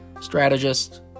strategist